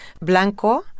Blanco